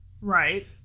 Right